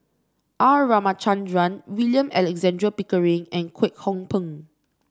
R Ramachandran William Alexander Pickering and Kwek Hong Png